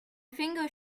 finger